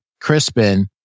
Crispin